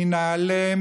מנעל"ה,